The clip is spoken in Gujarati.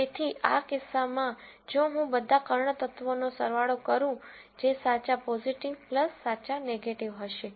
તેથી આ કિસ્સામાં જો હું બધા કર્ણ તત્વોનો સરવાળો કરું જે સાચા પોઝીટિવ સાચા નેગેટીવ હશે